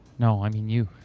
no i mean you.